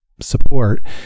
support